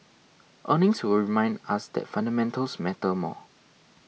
earnings will remind us that fundamentals matter more